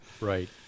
right